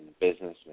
businessmen